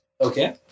Okay